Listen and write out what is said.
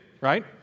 right